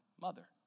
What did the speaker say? mother